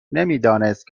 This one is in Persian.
نمیدانست